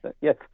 Yes